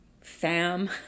fam